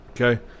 Okay